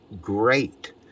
great